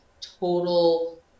total